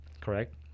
correct